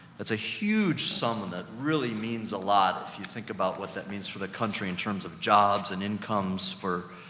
that's a huge sum, and that really means a lot if you think about what that means for the country in terms of jobs and incomes for,